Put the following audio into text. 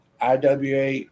IWA